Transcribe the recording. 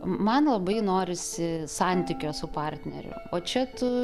man labai norisi santykio su partneriu o čia tu